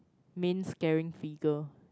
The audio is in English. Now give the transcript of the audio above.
main scaring figure